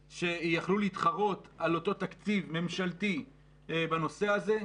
אני מאוד מודה לך על קיום הדיון החשוב הזה.